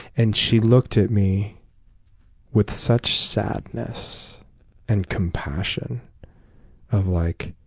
and she looked at me with such sadness and compassion of like,